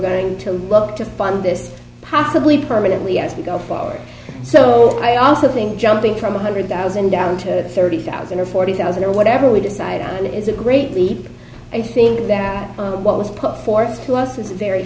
going to look to fund this possibly permanently as we go forward so i also think jumping from one hundred thousand down to thirty thousand or forty thousand or whatever we decide on it is a great leap i think that what was put forth to us is a very